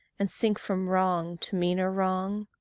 and sink from wrong to meaner wrong?